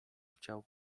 chciał